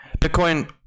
Bitcoin